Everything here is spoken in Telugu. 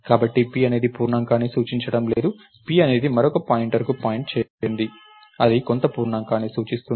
కాబట్టి p అనేది పూర్ణాంకాన్ని సూచించడం లేదు p అనేది మరొక పాయింటర్కు పాయింట్ చేయబడినది అది కొంత పూర్ణాంకాన్ని సూచిస్తుంది